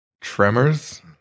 Tremors